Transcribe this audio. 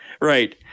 Right